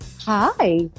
Hi